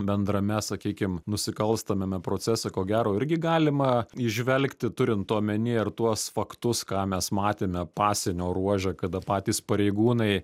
bendrame sakykim nusikalstamame procese ko gero irgi galima įžvelgti turint omeny ir tuos faktus ką mes matėme pasienio ruože kada patys pareigūnai